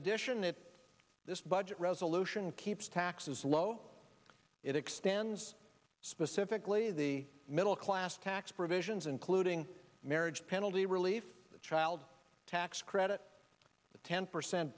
addition it this budget resolution keeps taxes low it expands specifically the middle class tax provisions including marriage penalty relief the child tax credit the ten percent